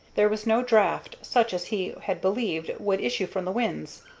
there was no draught, such as he had believed would issue from the winze.